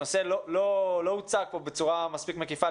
הנושא לא הוצג פה בצורה מספיק מקיפה,